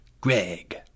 Greg